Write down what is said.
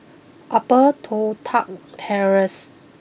Upper Toh Tuck Terrace